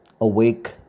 awake